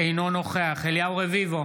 אינו נוכח אליהו רביבו,